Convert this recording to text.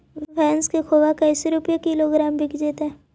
भैस के खोबा कैसे रूपये किलोग्राम बिक जइतै?